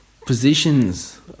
positions